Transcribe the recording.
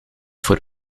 voor